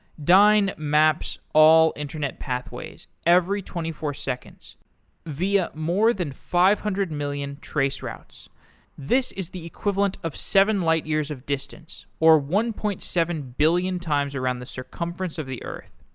dyn maps all internet pathways every twenty four seconds via more than five hundred million traceroutes. this is the equivalent of seven light years of distance, or one point seven billion times around the circumference of the earth.